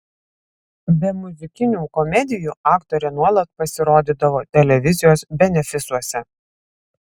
be muzikinių komedijų aktorė nuolat pasirodydavo televizijos benefisuose